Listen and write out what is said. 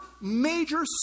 major